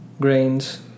grains